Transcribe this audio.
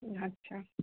अच्छा